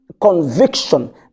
conviction